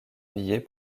billet